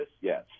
Yes